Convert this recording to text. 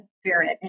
spirit